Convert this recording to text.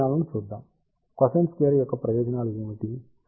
ప్రయోజనాలను చూద్దాం cosine square యొక్క ప్రయోజనాలు ఏమిటి